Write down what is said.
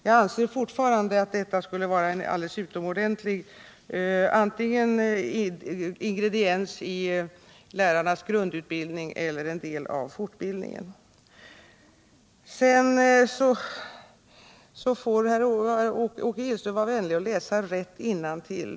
Jag anser fortfarande att detta skulle vara alldeles utomordentligt antingen som en ingrediens i lärarnas grundutbildning eller som en del av fortbildningen. Åke Gillström får vara vänlig och läsa rätt innantill.